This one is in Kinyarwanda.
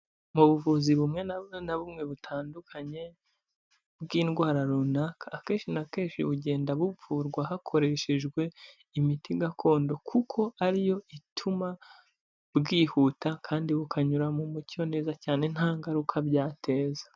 Mu buvuzi bumwe na bumwe butandukanye bw'indwara runaka, akenshi na kenshi bugenda buvurwa hakoreshejwe imiti gakondo kuko ari yo ituma bwihuta kandi bukanyura mu mucyo neza cyane nta ngaruka byateza.